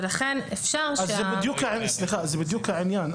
זה בדיוק העניין.